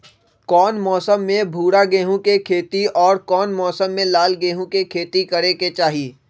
कौन मौसम में भूरा गेहूं के खेती और कौन मौसम मे लाल गेंहू के खेती करे के चाहि?